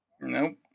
Nope